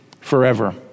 forever